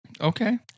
Okay